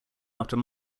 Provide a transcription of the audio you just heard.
after